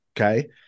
okay